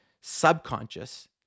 subconscious